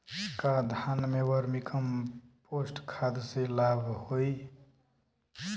का धान में वर्मी कंपोस्ट खाद से लाभ होई?